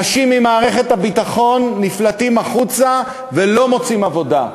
אנשים ממערכת הביטחון נפלטים החוצה ולא מוצאים עבודה.